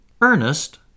Ernest